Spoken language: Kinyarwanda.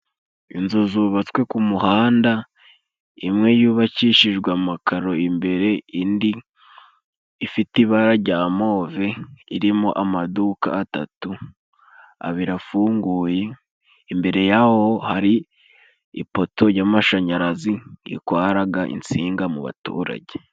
Inzu zubatswe ku muhanda imwe yubakishijwe amakaro imbere, indi ifite ibara rya move irimo amaduka atatu abiri afunguye, imbere y'aho hari ipoto y'amashanyarazi itwaraga insinga mu baturage.